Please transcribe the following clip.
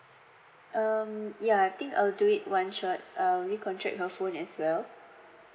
um ya I think I'll do it one shot uh recontract her phone as well